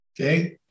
Okay